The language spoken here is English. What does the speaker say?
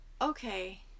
okay